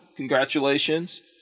Congratulations